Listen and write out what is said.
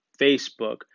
Facebook